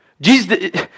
Jesus